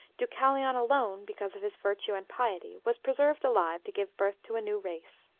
deucalion alone, because of his virtue and piety, was preserved alive to give birth to a new race.